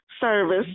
service